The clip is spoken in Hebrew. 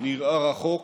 נראה רחוק